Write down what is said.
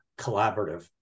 collaborative